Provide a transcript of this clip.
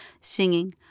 singing